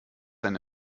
eine